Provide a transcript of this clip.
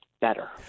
better